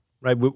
right